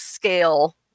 scale